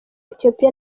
ethiopia